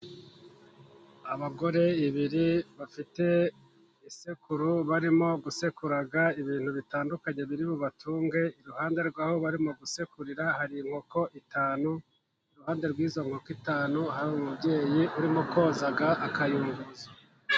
Abagore babiri bafite isekuro barimo gusekura ibintu bitandukanye biri bubatunge, iruhande rw'aho barimo gusekurira hari inkoko eshanu iruhande rw'izo nkoko eshanu ,hari umubyeyi urimo koza akayunguruzo.